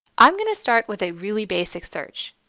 i am going to start with a really basic search.